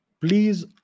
Please